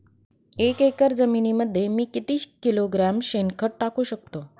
एक एकर जमिनीमध्ये मी किती किलोग्रॅम शेणखत टाकू शकतो?